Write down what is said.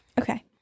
Okay